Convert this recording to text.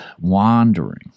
wandering